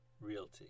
Realty